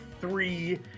three